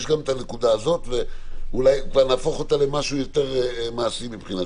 יש גם את הנקודה הזאת ואולי נהפוך אותה למשהו יותר מעשי מבחינתנו.